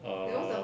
err